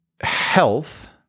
health